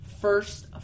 first